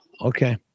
Okay